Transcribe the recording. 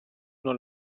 non